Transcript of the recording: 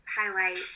highlight